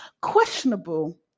questionable